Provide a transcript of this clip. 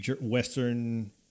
Western